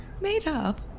Made-up